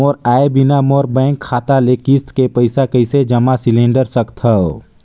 मोर आय बिना मोर बैंक खाता ले किस्त के पईसा कइसे जमा सिलेंडर सकथव?